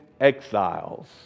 exiles